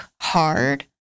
hard